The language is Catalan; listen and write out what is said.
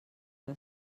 que